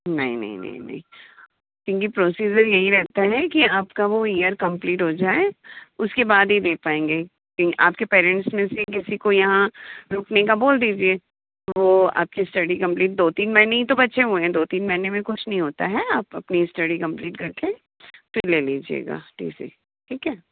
नहीं नहीं नहीं नहीं क्योंकि प्रोसीजर यही रहता है कि आपका वो यर कंप्लीट हो जाए उसके बाद ही दे पाएंगे आपके पैरेंट्स में से किसी को यहाँ रुकने को बोल दीजिए वो आपकी स्टडी कंप्लीट दो तीन महीने तो बचे हुए हैं दो तीन महीने में कुछ नहीं होता है आप अपनी स्टडी कंप्लीट करके फिर ले लीजिएगा टी सी ठीक है